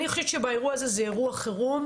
אני חושבת שהאירוע הזה הוא אירוע חירום.